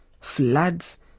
floods